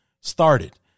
started